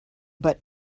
but